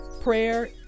Prayer